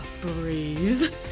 breathe